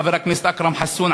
חבר הכנסת אכרם חסון,